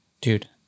Dude